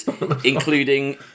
including